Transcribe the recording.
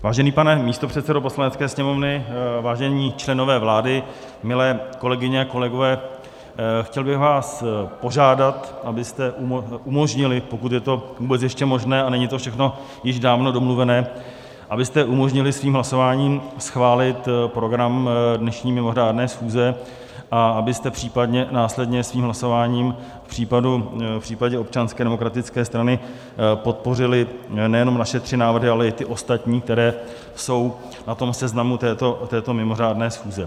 Vážený pane předsedo Poslanecké sněmovny, vážení členové vlády, milé kolegyně a kolegové, chtěl bych vás požádat, abyste umožnili, pokud je to vůbec ještě možné a není to všechno již dávno domluvené, abyste umožnili svým hlasováním schválit program dnešní mimořádné schůze a abyste případně následně svým hlasováním v případě Občanské demokratické strany podpořili nejenom naše tři návrhy, ale i ty ostatní, které jsou na seznamu této mimořádné schůze.